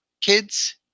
kids